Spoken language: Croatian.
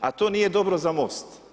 A to nije dobro za Most.